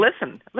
Listen